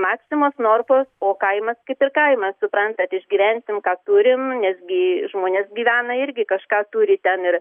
maksimos norfos o kaimas kaip ir kaimas suprantant išgyvensim ką turim nesgi žmonės gyvena irgi kažką turi ten ir